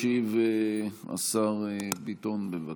ישיב השר ביטון, בבקשה.